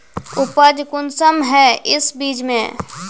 उपज कुंसम है इस बीज में?